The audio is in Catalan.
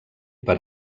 per